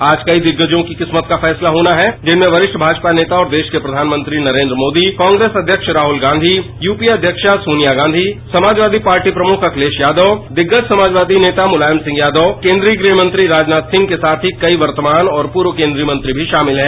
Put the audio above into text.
आज कई दिग्गजो के किस्मत का फैसला होना है जिसमें वरिष्ठ भाजपा नेता और देश के प्रधानपंत्री नरेन्द्र मोदी कॉप्रेस अध्यक्ष राहुल गांधी यूपीए अध्यक्ष सोनिया गांधी समाजवादी प्रमुख अखिलेश यादव दिग्गज समाजवादी नेता मुलायम सिंह यादव केन्द्रीय गृहमंत्री राजनाथ सिंह के साथ कई वर्तमान और पूर्व केन्द्रीय मंत्री भी शामिल हैं